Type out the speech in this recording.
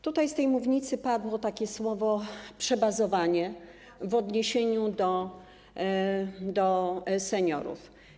Tutaj z tej mównicy padło takie słowo „przebazowanie” w odniesieniu do seniorów.